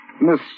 Miss